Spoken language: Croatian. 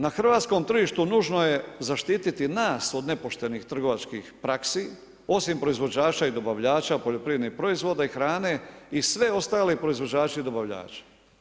Na hrvatskom tržištu nužno je zaštititi nas od nepoštenih trgovačkih praksi osim proizvođača i dobavljača poljoprivrednih proizvoda i hrane i svi ostali proizvođači i dobavljači.